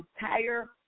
entire